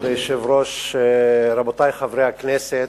כבוד היושב-ראש, רבותי חברי הכנסת,